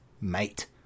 Mate